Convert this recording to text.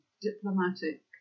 diplomatic